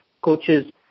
coaches